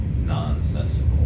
nonsensical